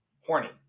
horny